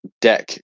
deck